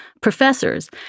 professors